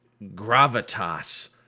gravitas